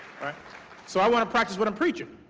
so i want to practice what i'm preaching.